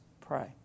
pray